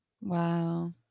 Wow